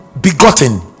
begotten